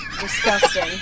Disgusting